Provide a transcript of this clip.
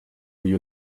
you